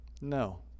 No